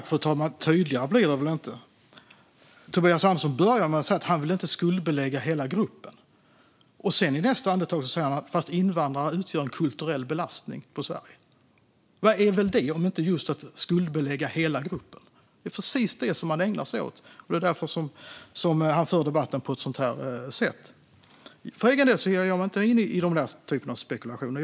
Fru talman! Tydligare kan det väl inte bli? Tobias Andersson börjar med att säga att han inte vill skuldbelägga hela gruppen. I nästa andetag säger han att invandrare utgör en kulturell belastning på Sverige. Vad är det om inte att skuldbelägga hela gruppen? Det är precis det han ägnar sig åt. Det är därför han för debatten på ett sådant sätt. För egen del ger jag mig inte in i den typen av spekulationer.